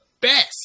best